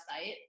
site